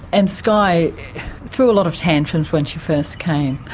and skye threw a lot of tantrums when she first came.